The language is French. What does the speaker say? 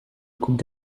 coupe